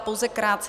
Pouze krátce.